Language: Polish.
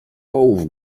połów